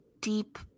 deep